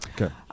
Okay